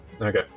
Okay